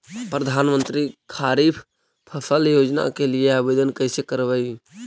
प्रधानमंत्री खारिफ फ़सल योजना के लिए आवेदन कैसे करबइ?